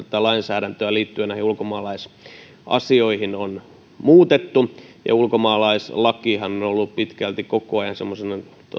tätä lainsäädäntöä liittyen näihin ulkomaalaisasioihin on muutettu ja ulkomaalaislakihan on ollut pitkälti koko ajan semmoisen